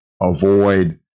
avoid